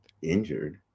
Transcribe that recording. Injured